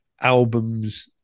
albums